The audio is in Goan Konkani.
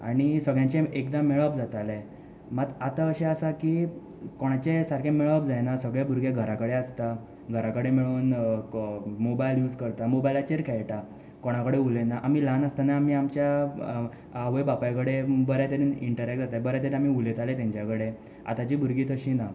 आनी सगळ्यांचें एकदम मेळप जातालें मात आतां अशें आसा की कोणाचें सारकें मेळप जायना सगळे भुरगे घरा कडेन आसता घरा कडेन मेळून मोबायल यूज करता मोबायलाचेर खेळटा कोणा कडेन उलयना आमी ल्हान आसतना आमी आमच्या आवय बापाय कडे बरे तरे इटरेक्ट जाताले बरे तरेन आमी उलयताले तांच्या कडेन आतांची भुरगीं तशीं ना